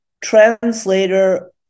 translator